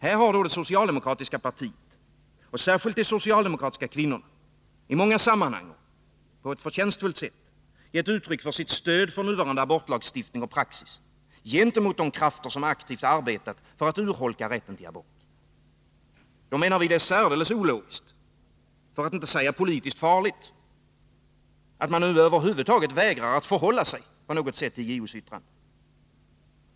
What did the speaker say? Här har det socialdemokratiska partiet och särskilt de socialdemokratiska kvinnorna i många sammanhang på ett förtjänstfullt sätt gett uttryck för sitt stöd för nuvarande abortlagstiftning och praxis gentemot de krafter som aktivt arbetat för att urholka rätten till abort. Då menar vi att det är särdeles ologiskt — för att inte 17 säga politiskt farligt — att man nu över huvud taget vägrar att förhålla sig på något sätt till JO:s yttrande.